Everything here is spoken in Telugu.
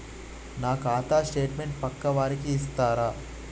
నా ఖాతా స్టేట్మెంట్ పక్కా వారికి ఇస్తరా?